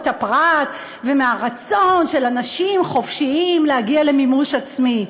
הפרט ומהרצון של אנשים חופשיים להגיע למימוש עצמי.